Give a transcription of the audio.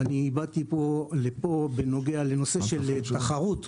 באתי פה בנושא של תחרות.